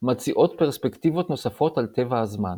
מציעות פרספקטיבות נוספות על טבע הזמן.